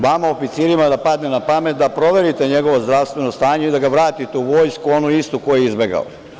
Može vama oficirima da padne na pamet da proverite njegovo zdravstveno stanje i da ga vratite u vojsku, onu istu koju je izbegao.